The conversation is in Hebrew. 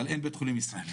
אבל אין בית חולים ישראלי.